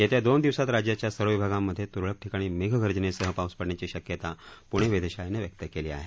येत्या दोन दिवसात राज्याच्या सर्व विभागांमधे तुरळक ठिकाणी मेघगर्जनेसह पाऊस पडण्याची शक्यता पृणे वेधशाळेनं व्यक्त केली आहे